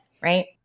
right